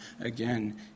again